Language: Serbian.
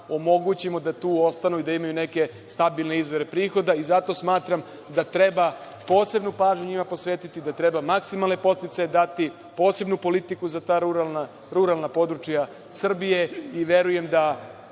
omogućimo da tu ostanu gde imaju neke stabilne izvore prihoda i zato smatram da treba posebnu pažnju njima posvetiti, da treba maksimalne podsticaje dati, posebnu politiku za ta ruralna područja Srbije i verujem da